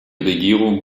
regierung